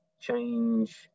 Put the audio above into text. change